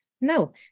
No